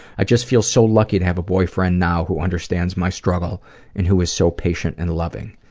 i just feel so lucky to have a boyfriend now who understands my struggle and who is so patient and loving.